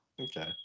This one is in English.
Okay